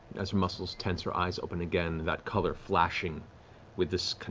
as her muscles tense, her eyes open again, that color flashing with this